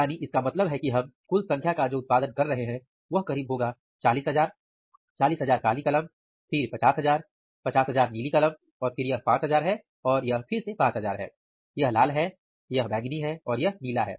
यानी इसका मतलब है कि हम कलमों की कुल संख्या का जो उत्पादन कर रहे हैं वह करीब होगा 40000 40000 काली कलम फिर 50000 50000 नीली कलम और फिर यह 5000 है और यह फिर से 5000 है यह लाल हैयह बैगनी है और यह नीला है